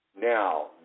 Now